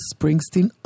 Springsteen